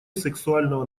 сексуального